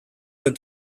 der